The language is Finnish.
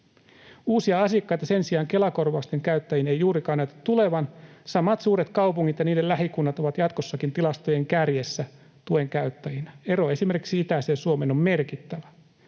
Uusia asiakkaita sen sijaan Kela-korvausten käyttäjiin ei juurikaan näytä tulevan. Samat suuret kaupungit ja niiden lähikunnat ovat jatkossakin tilastojen kärjessä tuen käyttäjinä. Ero esimerkiksi itäiseen Suomeen on merkittävä.